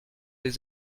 des